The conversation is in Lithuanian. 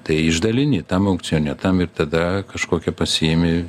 tai išdalini tam aukcione tam ir tada kažkokią pasiimi